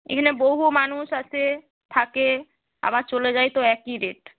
এখানে বহু মানুষ আসে থাকে আবার চলে যায় তো একই রেট